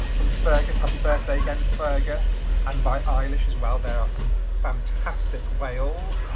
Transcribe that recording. from fergus, happy birthday again fergus and by eilish as well. there are some fantastic whales.